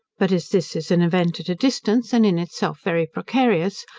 but as this is an event at a distance, and in itself very precarious,